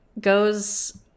goes